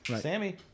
sammy